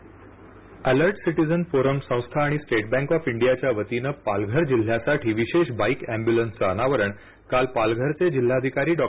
VC alert citizen forum संस्था आणि state bank of India च्या वतीनं पालघर जिल्ह्यासाठी विशेष बाईक एम्बूलन्सचं अनावरण काल पालघरचे जिल्हाधिकारी डॉ